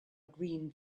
green